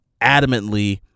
adamantly